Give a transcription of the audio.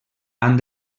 han